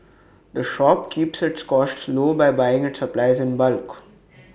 the shop keeps its costs low by buying its supplies in bulk